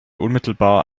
unmittelbar